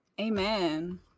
amen